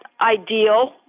ideal